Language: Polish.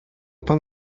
pan